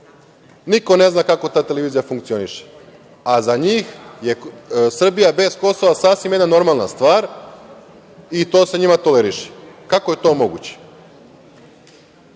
Niko ne zna kako ta televizija funkcioniše, a za njih je Srbija bez Kosova sasvim jedna normalna stvar i to se njima toleriše? Kako je to moguće? Tako